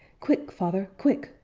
quick, father, quick!